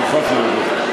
אני מוכרח להודות.